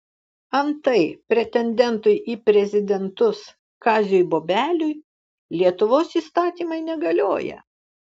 antai pretendentui į prezidentus kaziui bobeliui lietuvos įstatymai negalioja